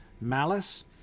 malice